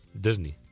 Disney